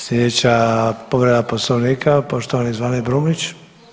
Slijedeća povreda Poslovnika poštovani Zvane Brumnić.